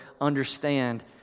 understand